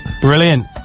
brilliant